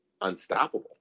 unstoppable